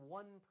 one